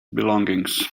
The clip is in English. belongings